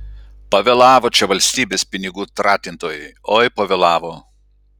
pavėlavo čia valstybės pinigų tratintojai oi pavėlavo